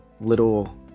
little